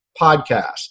podcast